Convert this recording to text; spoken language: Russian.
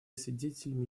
свидетелями